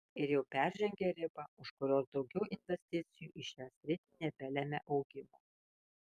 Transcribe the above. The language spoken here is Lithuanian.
ir jau peržengė ribą už kurios daugiau investicijų į šią sritį nebelemia augimo